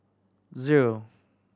zero